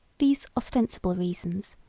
these ostensible reasons,